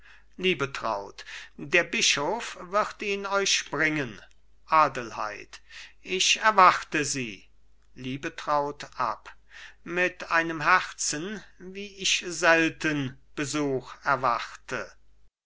liebetraut der bischof wird ihn euch bringen adelheid ich erwarte sie liebetraut ab mit einem herzen wie ich selten besuch erwarte